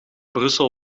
brussel